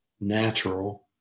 natural